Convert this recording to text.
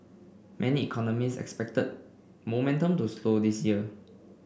many economists expected momentum to slow this year